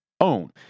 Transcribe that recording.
own